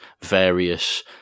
various